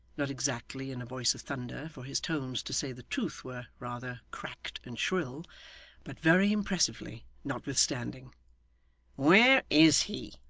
not exactly in a voice of thunder, for his tones, to say the truth were rather cracked and shrill but very impressively, notwithstanding where is he